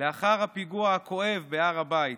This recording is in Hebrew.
לאחר הפיגוע הכואב בהר הבית